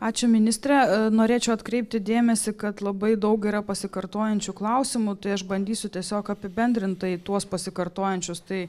ačiū ministre norėčiau atkreipti dėmesį kad labai daug yra pasikartojančių klausimų tai aš bandysiu tiesiog apibendrintai tuos pasikartojančius tai